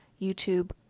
YouTube